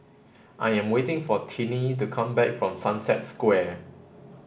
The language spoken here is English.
I am waiting for Tinie to come back from Sunset Square